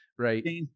right